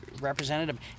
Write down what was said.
representative